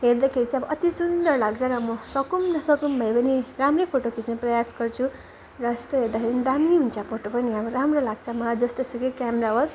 हेर्दाखेरि चाहिँ अब अति सुन्दर लाग्छ र म सकौँ नसकौँ भए पनि राम्रै फोटो खिच्ने प्रयास गर्छु र यस्तो हेर्दाखेरि नि दामी हुन्छ फोटो पनि अब राम्रो लाग्छ मलाई जस्तो सुकै क्यामेरा होस्